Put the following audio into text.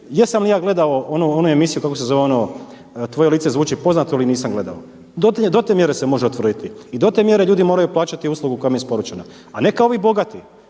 jesam li ja gledao onu emisiju, kako se zove ono Tvoje lice zvuči poznato ili nisam gledao, do te mjere se može utvrditi i do mjere ljudi moraju plaćati uslugu koja im je isporučena. A ne kao ovi bogati